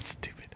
Stupid